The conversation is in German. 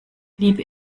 liebe